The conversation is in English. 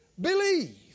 believe